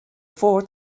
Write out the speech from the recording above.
four